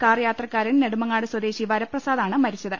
car യാത്ര ക്കാരൻ നെടുമങ്ങാട് സ്വദേശി വരപ്രസാദ് ആണ് മരി ച്ചത്